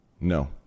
no